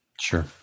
Sure